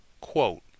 quote